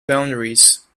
boundaries